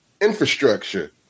infrastructure